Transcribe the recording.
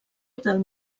del